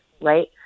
right